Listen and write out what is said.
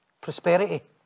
prosperity